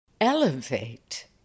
Elevate